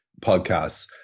podcasts